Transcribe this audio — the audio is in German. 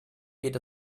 geht